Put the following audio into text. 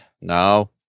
no